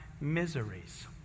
miseries